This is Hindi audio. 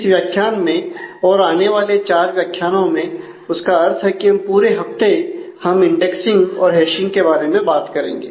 इस व्याख्यान में और आने वाले 4 व्याख्यानों में उसका अर्थ है कि पूरे हफ्ते हम इंडेक्सिंग के बारे में बात करेंगे